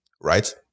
Right